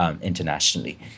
internationally